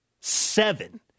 seven